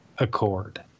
Accord